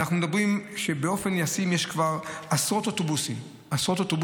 אנחנו מדברים על כך שבאופן ישים יש כבר עשרות אוטובוסים בין-עירוניים,